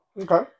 Okay